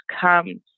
comes